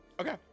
Okay